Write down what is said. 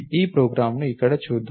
ఈ ప్రోగ్రామ్ను ఇక్కడ చూద్దాం